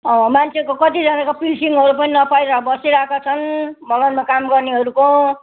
अब मान्छेको कतिजनाको पेनसनहरू पनि नपाएर बसिरहेका छन् बगानमा काम गर्नेहरूको